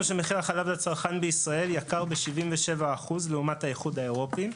שמחיר החלב לצרכן בישראל יקר ב-77% לעומת האיחוד האירופי.